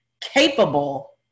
capable